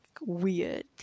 weird